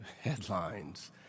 headlines